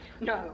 No